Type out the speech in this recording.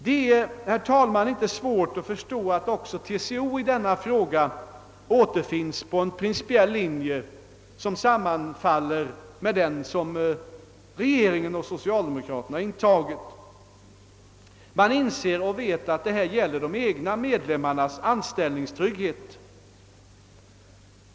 Det är, herr talman, inte svårt att förstå att också TCO i denna fråga återfinns på en principiell linje som sammanfaller med den som regeringen och socialdemokraterna intagit. Man inser och vet att det här gäller de egna medlemmarnas anställningstrygghet.